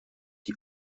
die